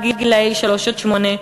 רק גילאי שלוש עד שמונה,